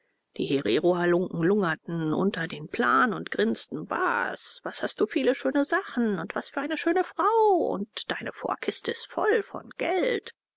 die hererohalunken lugten unter den plan und grinsten baas was hast du viele schöne sachen und was für eine schöne frau und deine vorkiste ist voll von geld